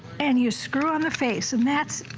and you screw on the face. and that